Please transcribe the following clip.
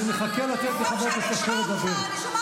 אני מחכה לתת לחבר הכנסת אשר לדבר.